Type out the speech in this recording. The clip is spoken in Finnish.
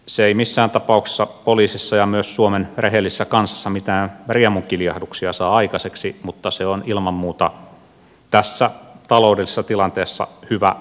se ei missään tapauksessa poliisissa ja myöskään suomen rehellisessä kansassa mitään riemunkiljahduksia saa aikaiseksi mutta se on ilman muuta tässä taloudellisessa tilanteessa hyvä ratkaisu